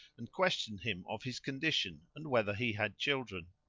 and questioned him of his condition and whether he had children.